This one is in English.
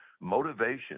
motivation